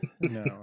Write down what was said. No